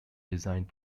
designed